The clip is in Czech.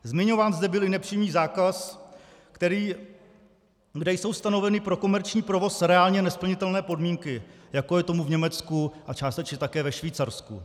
Zmiňován zde byl i nepřímý zákaz, kde jsou stanoveny pro komerční provoz reálně nesplnitelné podmínky, jako je tomu v Německu a částečně také ve Švýcarsku.